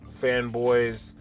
fanboys